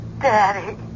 Daddy